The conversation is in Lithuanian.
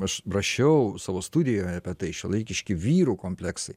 aš rašiau savo studijoje apie tai šiuolaikiški vyrų kompleksai